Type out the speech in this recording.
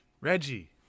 Reggie